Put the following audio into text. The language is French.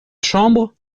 chambre